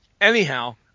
anyhow